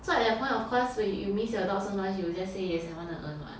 so at that point of course you miss your dog so much you will just say yes I want the urn [what]